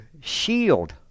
shield